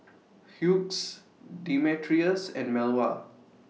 Hughes Demetrius and Melva